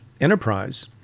enterprise